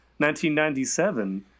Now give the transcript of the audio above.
1997